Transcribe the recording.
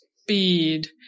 speed